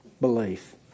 belief